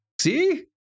See